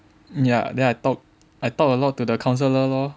ya then I talk I talk a lot to the counsellor lor